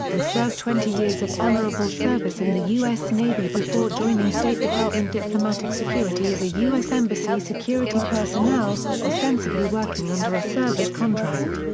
and so twenty years of honorable service in the u s. navy before joining state department diplomatic security as a u s. embassy security personnel, ostensibly working under a service contract.